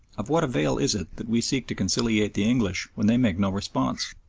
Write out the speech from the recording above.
of what avail is it that we seek to conciliate the english when they make no response?